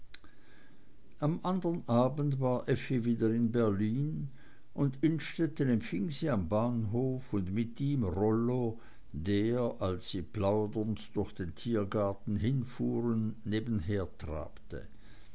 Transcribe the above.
am andern abend war effi wieder in berlin und innstetten empfing sie am bahnhof mit ihm rollo der als sie plaudernd durch den tiergarten hinfuhren nebenher trabte